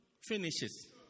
finishes